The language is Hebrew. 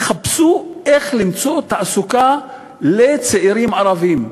תחפשו איך למצוא תעסוקה לצעירים ערבים.